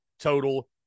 total